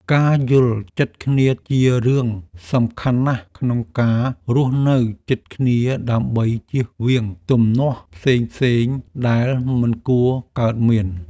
ការយល់ចិត្តគ្នាជារឿងសំខាន់ណាស់ក្នុងការរស់នៅជិតគ្នាដើម្បីជៀសវាងទំនាស់ផ្សេងៗដែលមិនគួរកើតមាន។